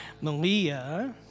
Malia